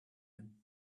him